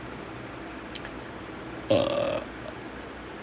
err